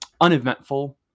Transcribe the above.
uneventful